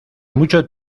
mucho